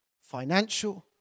financial